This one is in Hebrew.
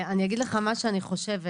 יהודה, אגיד לך מה שאני חושבת.